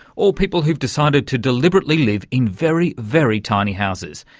or people who've decided to deliberately live in very, very tiny houses.